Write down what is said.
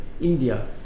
India